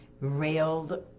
railed